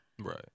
right